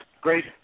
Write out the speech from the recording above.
great